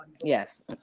Yes